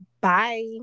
Bye